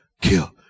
kill